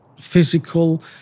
physical